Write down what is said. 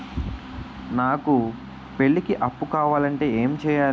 నాకు పెళ్లికి అప్పు కావాలంటే ఏం చేయాలి?